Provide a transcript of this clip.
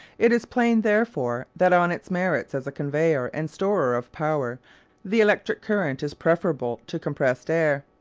it is plain, therefore, that on its merits as a conveyer and storer of power the electric current is preferable to compressed air.